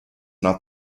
not